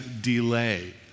Delay